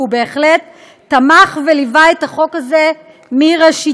והוא בהחלט תמך וליווה את החוק הזה מראשיתו.